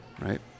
Right